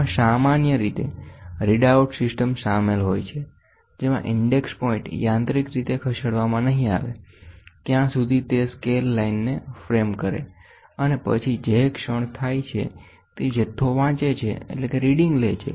તેમાં સામાન્ય રીતે રીડ આઉટ સિસ્ટમ શામેલ હોય છે જેમાં ઇન્ડેક્સ પોઈન્ટ યાંત્રિક રીતે ખસેડવામાં નહીં આવે ત્યાં સુધી તે સ્કેલ લાઇનને ફ્રેમ કરે અને પછી જે ક્ષણ થાય છે તે જથ્થો વાંચે છે